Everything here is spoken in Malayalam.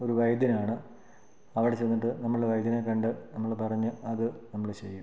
ഒരു വൈദ്യനാണ് അവിടെ ചെന്നിട്ട് നമ്മൾ വൈദ്യനെ കണ്ടു നമ്മൾ പറഞ്ഞു അത് നമ്മൾ ചെയ്യും